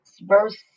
verse